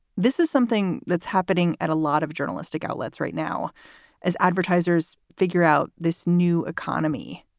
this is something that's happening at a lot of journalistic outlets right now as advertisers figure out this new economy.